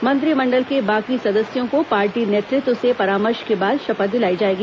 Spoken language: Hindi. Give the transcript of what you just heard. मंत्रिमंडल के बाकी सदस्यों को पार्टी नेतृत्व से परामर्श के बाद शपथ दिलाई जाएगी